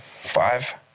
Five